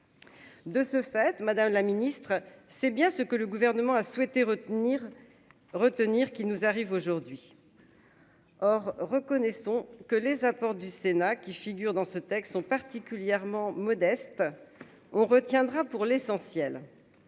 De ce fait, Madame la Ministre, c'est bien ce que le gouvernement a souhaité retenir retenir qui nous arrive aujourd'hui. Or, reconnaissons que les apports du Sénat qui figurent dans ce texte sont particulièrement modeste, on retiendra pour l'essentiel